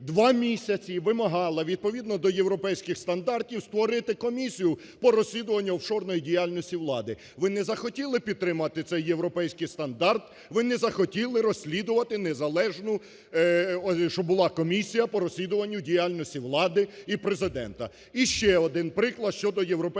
два місяці вимагала відповідно до європейських стандартів створити комісію по розслідуванню офшорної діяльності влади. Ви не захотіли підтримати цей європейський стандарт, ви не захотіли розслідувати незалежну, щоб була комісія по розслідуванню діяльності влади і Президента. І ще один приклад щодо європейських стандартів,